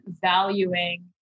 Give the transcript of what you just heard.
valuing